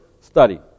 study